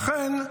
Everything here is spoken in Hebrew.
לכן,